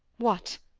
what,